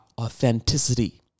authenticity